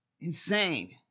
Insane